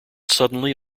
suddenly